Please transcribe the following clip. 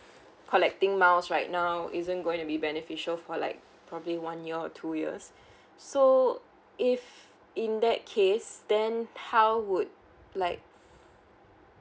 collecting miles right now isn't going to be beneficial for like probably one year or two years so if in that case then how would like